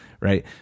right